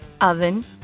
oven